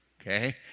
okay